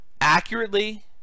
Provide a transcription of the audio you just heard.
accurately